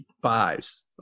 buys